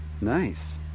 nice